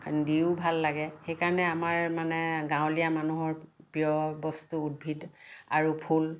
দিওঁ ভাল লাগে সেইকাৰণে আমাৰ মানে গাঁৱলীয় মানুহৰ প্ৰিয় বস্তু উদ্ভিদ আৰু ফুল